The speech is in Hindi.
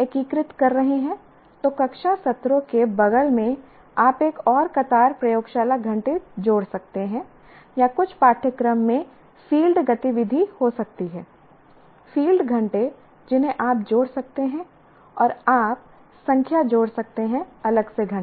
एकीकृत कर रहे हैं तो कक्षा सत्रों के बगल में आप एक और कतार प्रयोगशाला घंटे जोड़ सकते हैं या कुछ पाठ्यक्रम में फ़ील्ड गतिविधि हो सकती है फ़ील्ड घंटे जिन्हें आप जोड़ सकते हैं और आप संख्या जोड़ सकते हैं अलग से घंटे के